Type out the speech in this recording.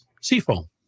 seafoam